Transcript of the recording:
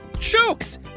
jokes